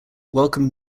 welcomed